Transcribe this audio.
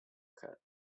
cut